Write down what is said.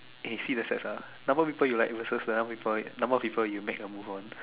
eh see the stats ah number of people you like versus the number of people number of people you make a move on